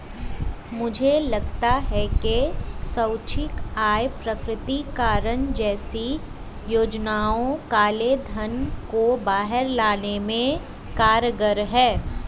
मुझे लगता है कि स्वैच्छिक आय प्रकटीकरण जैसी योजनाएं काले धन को बाहर लाने में कारगर हैं